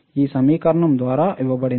ఈ సమీకరణం ద్వారా ఇవ్వబడింది